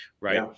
right